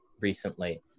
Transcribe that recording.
recently